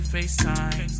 FaceTime